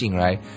right